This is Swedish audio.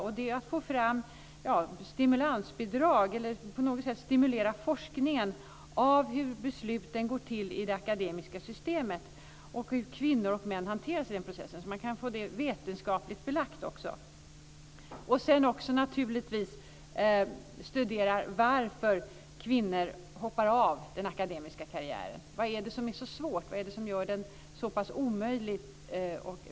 Det handlar om att få fram stimulansbidrag eller att på något sätt stimulera forskningen kring hur besluten går till i det akademiska systemet och om hur kvinnor och män hanteras i den processen; detta för att också få det här vetenskapligt belagt. Naturligtvis gäller det också att studera varför kvinnor hoppar av den akademiska karriären. Vad är det som är så svårt? Vad är det som gör den så pass omöjlig?